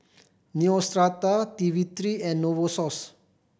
Neostrata T three and Novosource